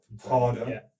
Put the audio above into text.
harder